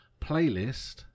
playlist